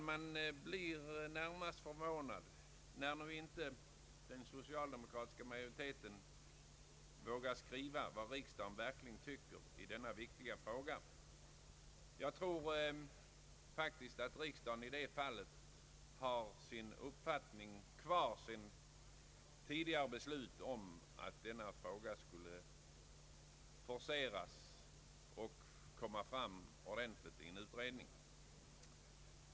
Man blir närmast förvånad när den socialdemokratiska ma joriteten inte vågar skriva vad riksdagen verkligen tycker i denna viktiga fråga. Jag tror att riksdagen i det fallet har sin uppfattning kvar från tidigare beslut om att denna fråga skulle forceras och bli föremål för en utredning.